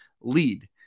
Lead